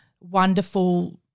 wonderful